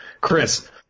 Chris